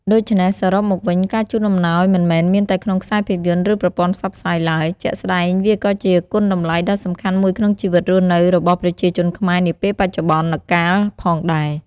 ដូច្នេះ សរុបមកវិញ ការជូនអំណោយមិនមែនមានតែក្នុងខ្សែភាពយន្ត ឬ ប្រព័ន្ធផ្សព្វផ្សាយឡើយ ជាក់ស្ដែង វាក៏ជាគុណតម្លៃដ៏សំខាន់មួយក្នុងជីវិតរស់នៅរបស់ប្រជាជនខ្មែរនាពេលបច្ចុប្បន្នកាលផងដែរ។